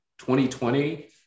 2020